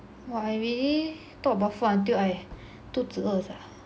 !wah! I really talk about food until I 肚子饿 sia